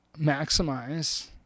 maximize